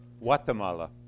Guatemala